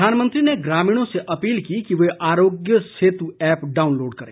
प्रधानमंत्री ने ग्रामीणों से अपील की कि वे आरोग्य सेतु ऐप डाउनलोड करें